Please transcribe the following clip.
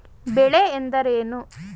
ಬೆಳೆ ಎಂದರೇನು?